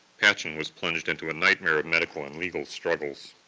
patchen was plunged into a nightmare of medical and legal struggles.